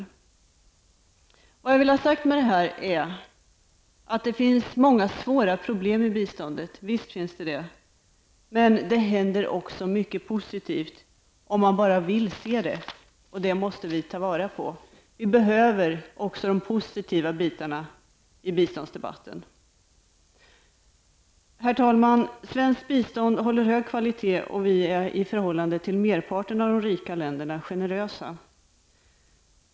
Med detta vill jag ha sagt att visst finns det många svåra problem i biståndet. Men det händer också mycket positivt, om man bara vill se det, och det måste vi ta vara på. Vi behöver även de positiva delarna i biståndsdebatten. Herr talman! Svenskt bistånd håller hög kvalitet och vi är i förhållande till merparten av de rika länderna generösa.